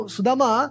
Sudama